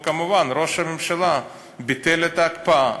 וכמובן ראש הממשלה ביטל את ההקפאה.